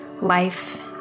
life